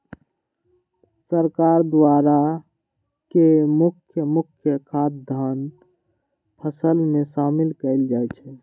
सरकार द्वारा के मुख्य मुख्य खाद्यान्न फसल में शामिल कएल जाइ छइ